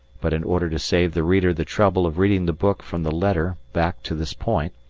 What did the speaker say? but in order to save the reader the trouble of reading the book from the letter back to this point,